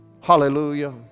Hallelujah